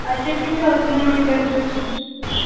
اچھا ٹھیک ہے اتنے میں ہی ڈن کر دیجیے